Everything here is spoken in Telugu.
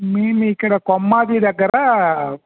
మేము ఇక్కడ కొమ్మాజి దగ్గర